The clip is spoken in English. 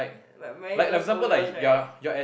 but mine those oldest right